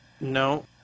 No